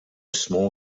small